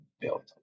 built